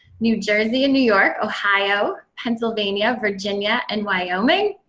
new jersey, and new york, ohio, pennsylvania, virginia, and wyoming.